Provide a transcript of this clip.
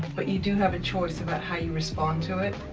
but you do have a choice about how you respond to it,